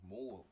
More